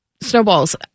snowballs